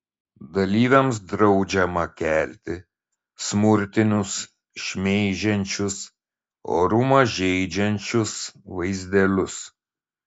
dalyviams draudžiama kelti smurtinius šmeižiančius orumą žeidžiančius vaizdelius